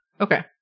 okay